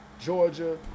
Georgia –